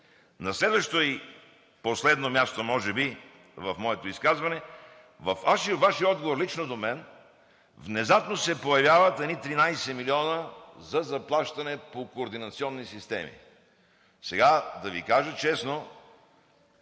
На следващо и последно място може би в моето изказване, във Вашия отговор лично до мен внезапно се появяват едни 13 милиона за заплащане по координационни системи. Сега, да Ви кажа честно,